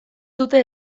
dute